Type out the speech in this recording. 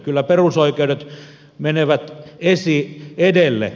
kyllä perusoikeudet menevät edelle